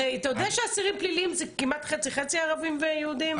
הרי תודה שאסירים פליליים זה כמעט חצי חצי ערבים ויהודים,